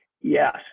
Yes